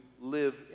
live